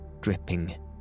dripping